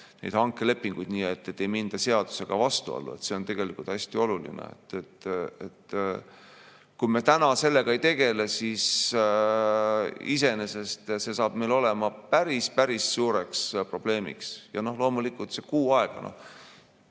neid hankelepinguid nii, et ei minda seadusega vastuollu. See on tegelikult hästi oluline. Kui me täna sellega ei tegele, siis see saab meil olema päris-päris suureks probleemiks. Ja loomulikult see kuu aega –